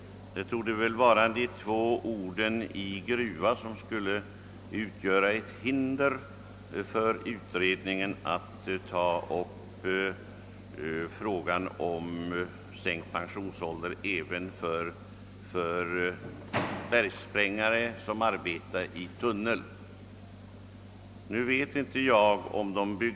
Det torde vara de två orden »i gruva» som skulle utgöra hinder för utredningen att ta upp frågan om sänkt pensionsålder även för bergsprängare som arbetar i tunnel eller liknande.